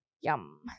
Yum